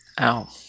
Ow